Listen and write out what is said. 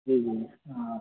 جی جی ہاں